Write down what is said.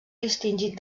distingit